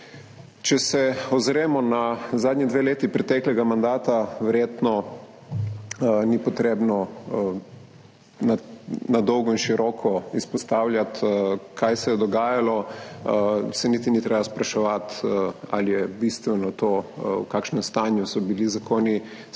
Če se ozremo na zadnji dve leti preteklega mandata, verjetno ni potrebno na dolgo in široko izpostavljati, kaj se je dogajalo, niti se ni treba spraševati, ali je bistveno to, v kakšnem stanju so bili zakoni sprejeti,